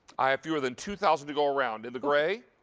i have fewer than two thousand to go around, and gray